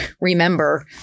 remember